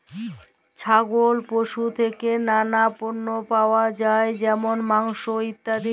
ছাগল পশু থেক্যে লালা পল্য পাওয়া যায় যেমল মাংস, ইত্যাদি